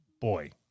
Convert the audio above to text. boy